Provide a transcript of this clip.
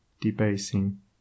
debasing